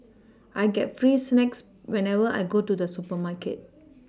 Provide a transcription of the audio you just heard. I get free snacks whenever I go to the supermarket